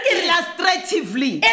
illustratively